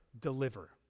deliver